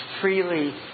freely